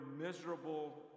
miserable